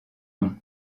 nom